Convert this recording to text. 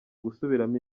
gusubiramo